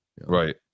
Right